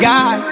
God